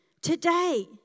today